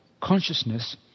consciousness